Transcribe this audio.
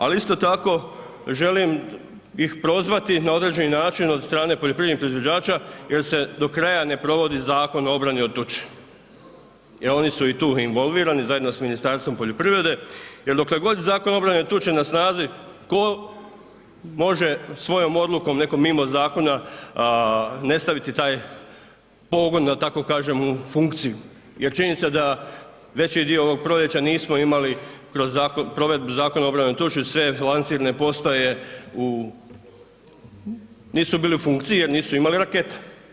Ali isto tako želim ih prozvati na određeni način od strane poljoprivrednih proizvođača jer se do kraja ne provodi Zakon o obrani od tuče jer oni su tu involvirani zajedno sa Ministarstvom poljoprivrede jer dokle god Zakon o obrani od tuče na snazi tko može svojom odlukom nekom mimo zakona ne staviti taj pogon da tako kažem u funkciju jer činjenica da veći dio ovog proljeća nismo imali kroz provedbu Zakona o obrani od tuče sve lansirne postaje nisu bile u funkciji jer nisu imali rakete.